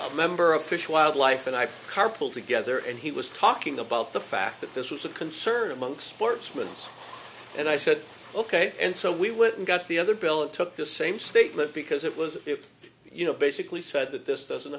and remember a fish wildlife and i carpool together and he was talking about the fact that this was a concern among sportsman's and i said ok and so we went and got the other bill and took the same statement because it was you know basically said that this doesn't